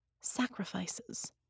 Sacrifices